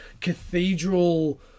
cathedral